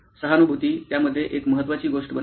तर सहानुभूती त्यामध्ये एक महत्त्वाची गोष्ट बनली